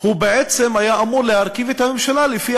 הוא בעצם היה אמור להרכיב את הממשלה לפי